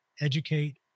educate